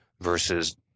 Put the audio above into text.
versus